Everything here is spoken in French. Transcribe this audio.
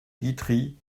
guitry